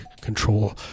control